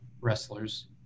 wrestlers